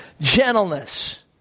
Gentleness